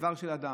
איבר של אדם,